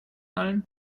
allen